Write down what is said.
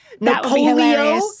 Napoleon